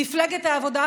מפלגת העבודה,